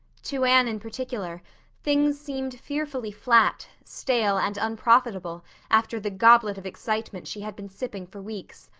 to anne in particular things seemed fearfully flat, stale, and unprofitable after the goblet of excitement she had been sipping for weeks.